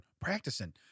Practicing